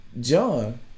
John